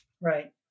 Right